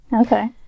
okay